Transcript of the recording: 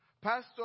Pastor